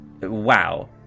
wow